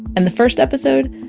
and the first episode?